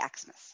Xmas